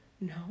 no